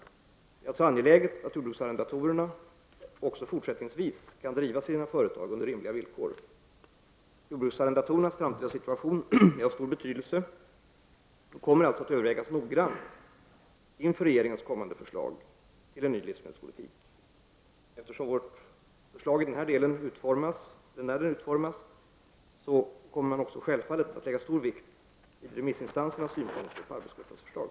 Det är angeläget att jordbruksarrendatorerna även fortsättningsvis kan driva sina företag under rimliga villkor. Jordbruksarrendatorernas framtida situation är av stor betydelse och kommer att övevägas noggrant inför regeringens kommande förslag till en ny livsmedelspolitik. Då regeringens förslag i den här delen utformas kommer man självfallet att lägga stor vikt vid remissinstansernas synpunkter på arbetsgruppens förslag.